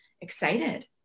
excited